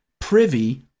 privy